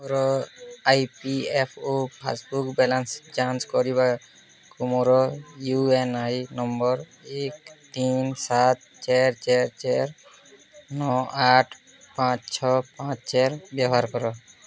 ମୋର I P F O passbook balance ଯାଞ୍ଚ କରିବାକୁ ମୋର ୟୁ ଏନ୍ ଆଇ ନମ୍ବର୍ ଏକ ତିନ ସାତ ଚାରି ଚାରି ଚାରି ନଅ ଆଠ ପାଞ୍ଚ ଛଅ ପାଞ୍ଚ ଚାର ବ୍ୟବହାର କର